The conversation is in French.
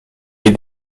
les